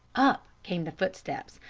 up came the footsteps,